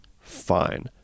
fine